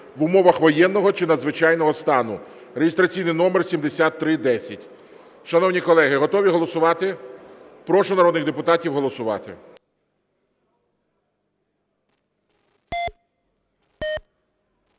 в умовах воєнного чи надзвичайного стану (реєстраційний номер 7310). Шановні колеги, готові голосувати? Прошу народних депутатів голосувати.